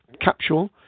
capsule